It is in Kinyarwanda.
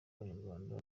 abanyarwanda